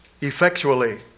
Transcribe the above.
effectually